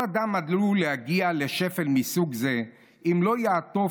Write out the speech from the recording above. כל אדם עלול להגיע לשפל מסוג זה אם לא יעטוף